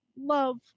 love